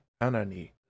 Anani